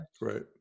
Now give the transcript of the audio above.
Right